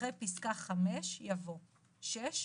אחרי פסקה (5) יבוא: "(6)